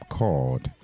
called